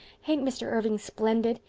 ain't mr. irving splendid?